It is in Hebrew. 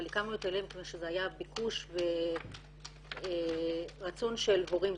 הקמנו את על"ה מכוון שהיה ביקוש ורצון של הורים,